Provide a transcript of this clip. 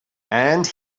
and